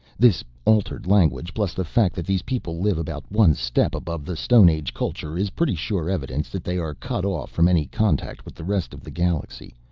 this altered language plus the fact that these people live about one step above the stone-age culture is pretty sure evidence that they are cut off from any contact with the rest of the galaxy,